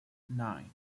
nine